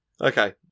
Okay